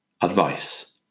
Advice